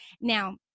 now